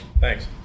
Thanks